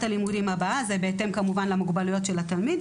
הלימודים הבאה זה בהתאם למוגבלויות של התלמיד,